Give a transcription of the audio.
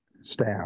staff